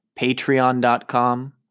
Patreon.com